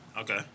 Okay